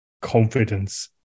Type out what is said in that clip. confidence